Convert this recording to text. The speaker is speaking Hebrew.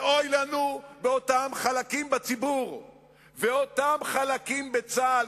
ואוי לנו מאותם חלקים בציבור ואותם חלקים בצה"ל,